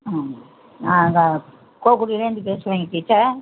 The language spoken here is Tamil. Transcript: ஆமாம் நாங்கள் கோக்குடியில் இருந்து பேசுகிறோங்க